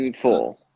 Four